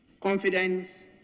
confidence